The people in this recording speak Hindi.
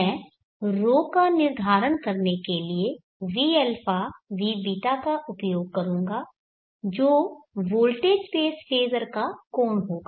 मैं ρ का निर्धारण करने के लिए vα vß का उपयोग करूंगा जो वोल्टेज स्पेस फेज़र का कोण होगा